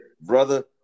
brother